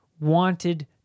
wanted